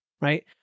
right